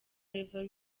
level